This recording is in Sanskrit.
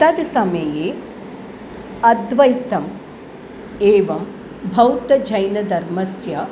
तद् समये अद्वैतम् एवं बौद्धजैनधर्मस्य